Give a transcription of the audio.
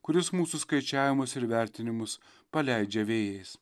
kuris mūsų skaičiavimus ir vertinimus paleidžia vėjais